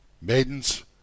Maidens